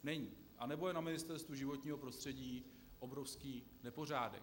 Není, nebo je na Ministerstvu životního prostředí obrovský nepořádek.